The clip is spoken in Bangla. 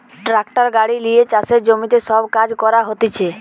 ট্রাক্টার গাড়ি লিয়ে চাষের জমিতে সব কাজ করা হতিছে